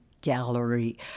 gallery